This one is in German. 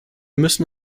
müssen